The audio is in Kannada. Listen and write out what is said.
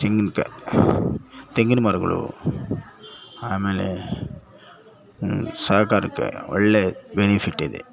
ತೆಂಗಿನ ಕಾಯಿ ತೆಂಗಿನ ಮರಗಳು ಆಮೇಲೆ ಸಹಕಾರಕ್ಕೆ ಒಳ್ಳೆ ಬೆನಿಫಿಟ್ ಇದೆ